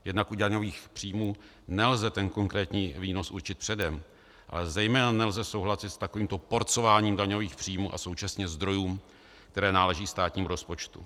Jednak u daňových příjmů nelze ten konkrétní výnos určit předem, ale zejména nelze souhlasit s takovýmto porcováním daňových příjmů a současně zdrojů, které náleží státnímu rozpočtu.